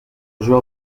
joueur